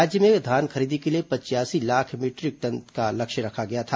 राज्य में धान खरीदी के लिए पचयासी लाख मीटरिक टन का लक्ष्य रखा गया था